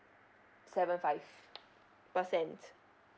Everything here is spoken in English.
seven five percent